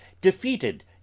defeated